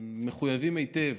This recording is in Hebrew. מחויבים היטב